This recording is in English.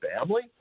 family